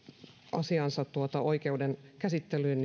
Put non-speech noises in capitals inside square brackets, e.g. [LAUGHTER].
asiansa oikeuden käsittelyyn [UNINTELLIGIBLE]